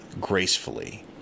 gracefully